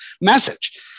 message